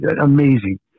amazing